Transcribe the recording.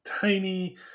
tiny